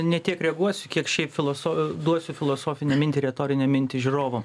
ne tiek reaguosiu kiek šiaip filoso duosiu filosofinę mintį retorinę mintį žiūrovam